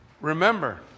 remember